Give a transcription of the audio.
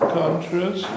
countries